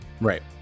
Right